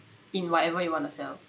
in whatever you wanna sell